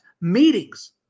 meetings